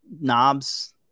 knobs